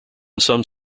some